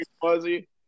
fuzzy